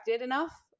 enough